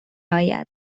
آید